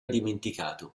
dimenticato